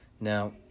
Now